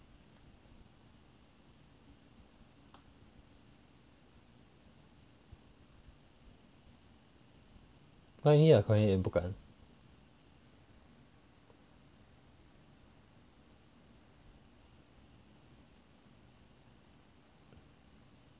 what do you mean your korean eight 不敢